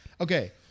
okay